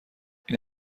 این